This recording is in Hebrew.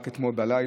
רק אתמול בלילה.